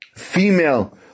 female